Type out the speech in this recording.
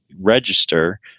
Register